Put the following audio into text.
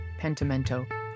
pentimento